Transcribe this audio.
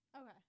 Okay